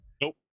Nope